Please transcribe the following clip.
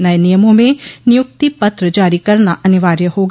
नए नियमों में नियूक्ति पत्र जारी करना अनिवार्य होगा